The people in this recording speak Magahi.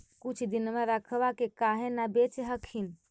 कुछ दिनमा रखबा के काहे न बेच हखिन?